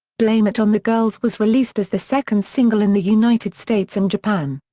blame it on the girls was released as the second single in the united states and japan.